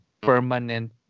permanent